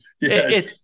Yes